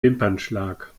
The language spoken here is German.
wimpernschlag